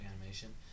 animation